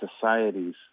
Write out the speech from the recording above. societies